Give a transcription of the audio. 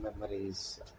memories